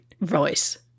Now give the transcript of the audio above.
voice